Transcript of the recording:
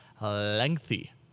lengthy